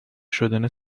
شدن